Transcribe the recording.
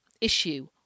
issue